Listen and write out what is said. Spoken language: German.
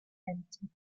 geheimtipp